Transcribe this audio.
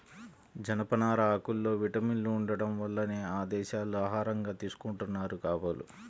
జనపనార ఆకుల్లో విటమిన్లు ఉండటం వల్లనే ఆ దేశాల్లో ఆహారంగా తీసుకుంటున్నారు కాబోలు